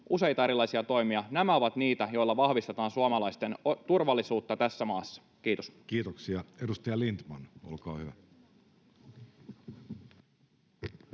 useita erilaisia toimia. Nämä ovat niitä, joilla vahvistetaan suomalaisten turvallisuutta tässä maassa. — Kiitos. Kiitoksia. — Edustaja Lindtman, olkaa hyvä.